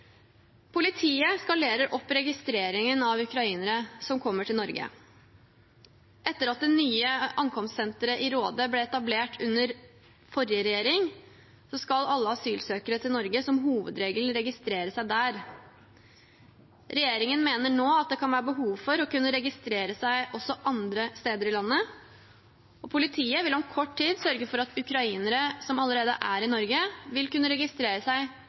Politiet skalerer opp registreringen av ukrainere som kommer til Norge. Etter at det nye ankomstsenteret i Råde ble etablert under forrige regjering, skal alle asylsøkere til Norge som hovedregel registrere seg der. Regjeringen mener nå det kan være behov for å kunne registrere seg også andre steder i landet, og politiet vil om kort tid sørge for at ukrainere som allerede er i Norge, vil kunne registrere seg